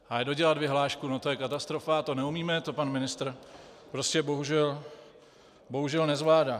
Ale dodělat vyhlášku, no to je katastrofa, to neumíme, to pan ministr prostě bohužel nezvládá.